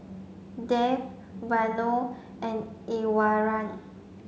Dev Vanu and Iswaran